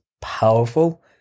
powerful